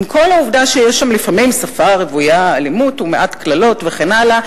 עם כל העובדה שיש שם לפעמים שפה רוויה אלימות ומעט קללות וכן הלאה,